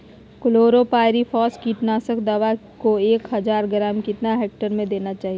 Chlorpyrifos कीटनाशक दवा को एक हज़ार ग्राम कितना हेक्टेयर में देना चाहिए?